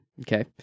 Okay